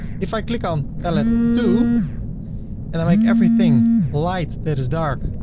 if i click on palette two and i make everything light that is dark.